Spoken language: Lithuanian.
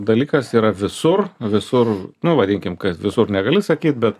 dalykas yra visur visur nu vadinkim kad visur negali sakyt bet